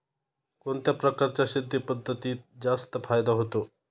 कोणत्या प्रकारच्या शेती पद्धतीत जास्त फायदा होतो?